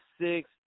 six